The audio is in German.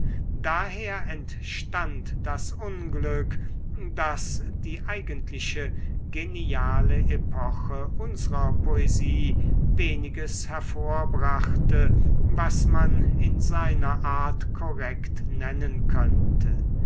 daher entstand das unglück daß die eigentliche geniale epoche unsrer poesie weniges hervorbrachte was man in seiner art korrekt nennen könnte